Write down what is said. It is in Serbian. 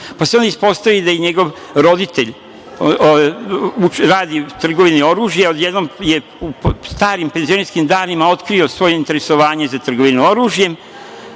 se ispostavi da je njegov roditelj, radi u trgovini oružjem, odjednom je u starim penzionerskim danima otkrio svoje interesovanje za trgovinu oružjem.